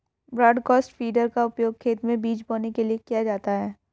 broadcast feeder का उपयोग खेत में बीज बोने के लिए किया जाता है